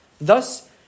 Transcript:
Thus